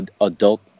adult